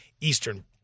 Eastern